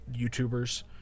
YouTubers